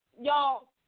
y'all